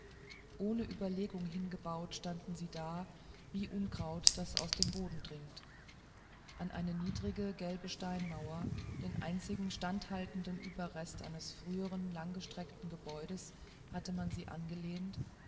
ohne überlegung hingebaut standen sie da wie unkraut das aus dem boden dringt an eine niedrige gelbe steinmauer den einzigen standhaltenden überrest eines früheren langgestreckten gebäudes hat man sie angelehnt